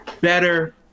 better